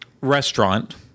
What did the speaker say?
restaurant